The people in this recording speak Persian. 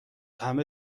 همه